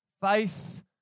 Faith